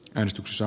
joensuussa